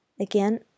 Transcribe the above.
Again